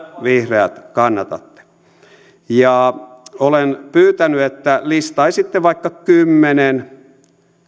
vihreät kannatatte olen pyytänyt että listaisitte vaikka kymmenen